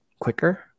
quicker